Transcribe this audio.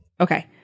Okay